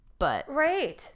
Right